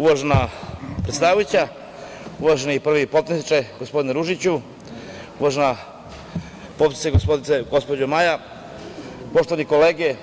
Uvažena predsedavajuća, uvaženi prvi potpredsedniče, gospodine Ružiću, uvažena potpredsednice gospođo Maja, poštovane kolege,